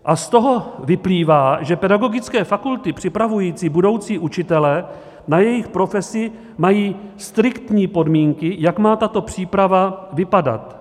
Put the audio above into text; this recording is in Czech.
Z toho vyplývá, že pedagogické fakulty připravující budoucí učitele na jejich profesi mají striktní podmínky, jak má tato příprava vypadat.